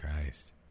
Christ